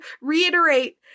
reiterate